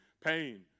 pain